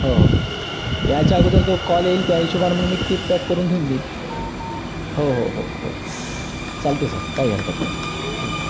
हो याच्या अगोदर तो कॉल येईल त्या हिशेबानं मग मी टीप पॅक करून ठेऊन देईन हो हो हो हो चालते सर काही हरकत नाही ठीक आहे